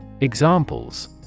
Examples